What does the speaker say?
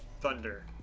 thunder